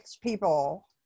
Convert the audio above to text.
people